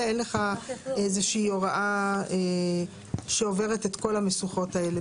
תהיה לו סמכות לתקן את התוספות,